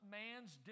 man's